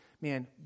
man